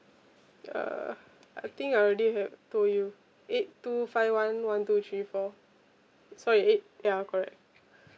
ya I think I already had told you eight two five one one two three four sorry eight ya correct